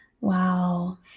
Wow